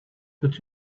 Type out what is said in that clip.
but